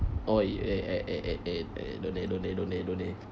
oh eh eh eh eh eh eh don't eh don't eh don't eh don't eh